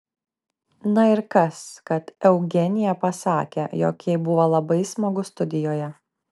na ir kas kad eugenija pasakė jog jai buvo labai smagu studijoje